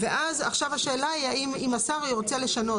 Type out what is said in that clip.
עכשיו השאלה היא אם השר ירצה לשנות